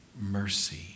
mercy